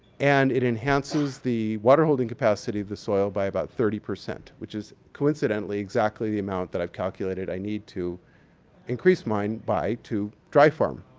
and it enhances the water-holding capacity of the soil by about thirty percent, which is coincidentally exactly the amount that i've calculated i need to increase mine by to dry farm.